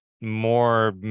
more